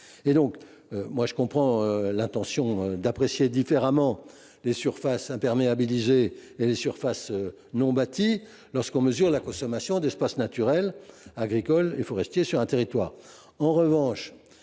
ou non. Je comprends l’intention d’apprécier différemment les surfaces imperméabilisées et les surfaces non bâties dans le calcul de la consommation d’espaces naturels, agricoles et forestiers sur un territoire.